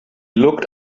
looked